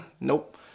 nope